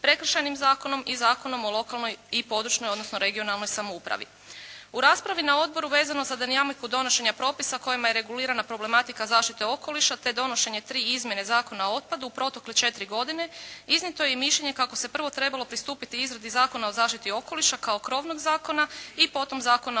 Prekršajnim zakonom i Zakonom o lokalnoj i područnoj odnosno regionalnoj samoupravi. U raspravi na odboru vezano za dinamiku donošenja propisa kojima je regulirana problematika zaštite okoliša te donošenje tri izmjene Zakona o otpadu u protekle četiri godine, iznijeto je i mišljenje kako se prvo trebalo pristupiti izradi Zakona o zaštiti okoliša kao krovnog zakona i potom Zakona